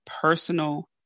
personal